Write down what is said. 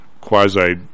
quasi